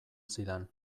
zidan